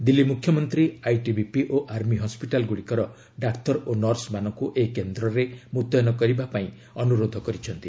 ଦିଲ୍ଲୀ ମୁଖ୍ୟମନ୍ତ୍ରୀ ଆଇଟିବିପି ଓ army hospital ଗୁଡ଼ିକର ଡାକ୍ତର ଓ ନର୍ସମାନଙ୍କୁ ଏହି କେନ୍ଦ୍ରରେ ମୁତୟନ କରିବା ପାଇଁ ଅନୁରୋଧ କରିଛନ୍ତି